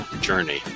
journey